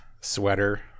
sweater